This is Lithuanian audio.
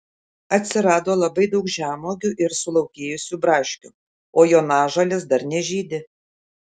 atsirado labai daug žemuogių ir sulaukėjusių braškių o jonažolės dar nežydi